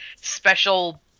special